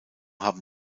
haben